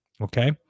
Okay